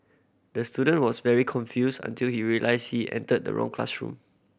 the student was very confused until he realised he entered the wrong classroom